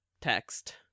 text